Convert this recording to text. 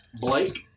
Blake